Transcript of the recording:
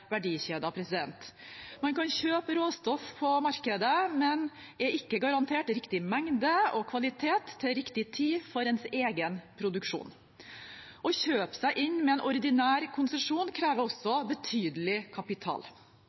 verdikjeder. Man kan kjøpe råstoff på markedet, men er ikke garantert riktig mengde og kvalitet til riktig tid for ens egen produksjon. Å kjøpe seg inn med en ordinær konsesjon krever også betydelig kapital.